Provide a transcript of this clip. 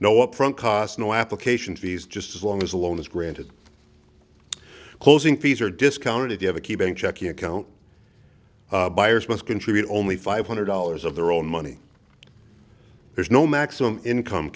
no upfront costs no application fees just as long as a loan is granted closing fees are discounted if you have a key bank checking account buyers must contribute only five hundred dollars of their own money there's no maximum income